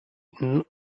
eaten